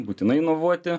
būtinai inovuoti